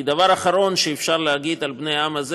כי הדבר האחרון שאפשר להגיד על בני העם הזה